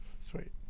Sweet